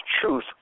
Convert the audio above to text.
truth